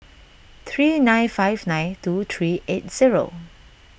three nine five nine two three eight zero